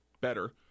better